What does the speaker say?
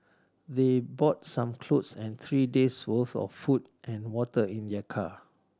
they brought some clothes and three days worth of food and water in their car